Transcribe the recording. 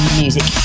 music